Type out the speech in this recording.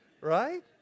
right